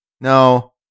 no